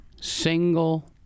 single